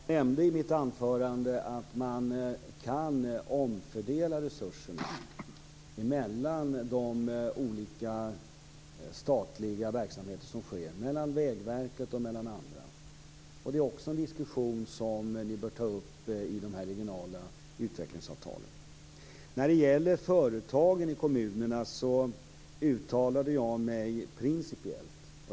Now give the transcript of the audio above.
Herr talman! Jag nämnde i mitt anförande att man kan omfördela resurserna mellan de olika statliga verksamheter som finns, mellan Vägverket och andra. Det är också en diskussion som bör tas upp i de regionala utvecklingssamtalen. När det gäller företagen i kommunerna uttalade jag mig principiellt.